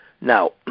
Now